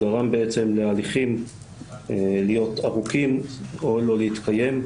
שגרם להליכים להיות ארוכים או לא להתקיים.